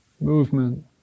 movement